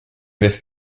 this